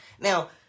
Now